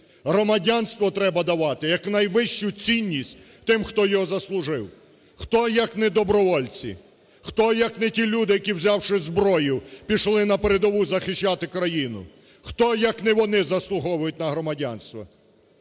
Громадянство треба давати як найвищу цінність тим, хто його заслужив. Хто, як не добровольці, хто, як не ті люди, які, взявши зброю, пішли на передову захищати країну, хто, як не вони заслуговують на громадянство?